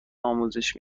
آموزش